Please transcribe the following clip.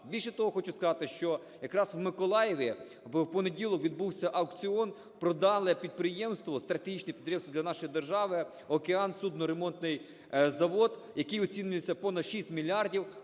Більше того, хочу сказати, що якраз в Миколаєві в понеділок відбувся аукціон. Продали підприємство, стратегічне підприємство для нашої держави, "Океан" – судноремонтний завод, який оцінюється в понад 6 мільярдів,